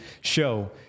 show